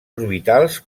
orbitals